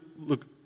look